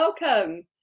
welcome